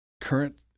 Current